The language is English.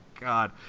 God